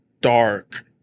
dark